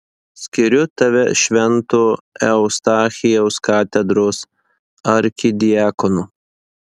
skiriu tave švento eustachijaus katedros arkidiakonu